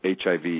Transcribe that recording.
HIV